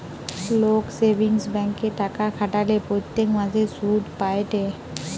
লোক সেভিংস ব্যাঙ্কে টাকা খাটালে প্রত্যেক মাসে সুধ পায়েটে